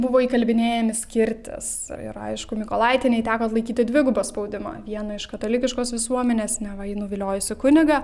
buvo įkalbinėjami skirtis ir aišku mykolaitienei teko atlaikyti dvigubą spaudimą vieną iš katalikiškos visuomenės neva ji nuviliojusi kunigą